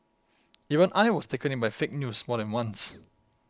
even I was taken in by fake news more than once